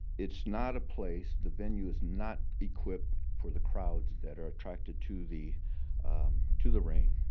it's not a place the venue is not equipped for the crowds that are attracted to the to the reign.